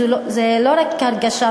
זה לא רק הרגשה,